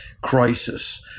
crisis